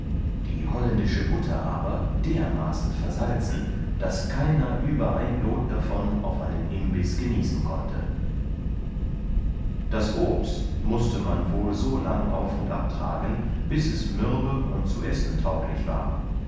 die holländische butter aber dermaßen versalzen daß keiner über ein lot davon auf einen imbiß genießen konnte das obs mußte man wohl so lang auf und ab tragen bis es mürbe und zu essen tauglich war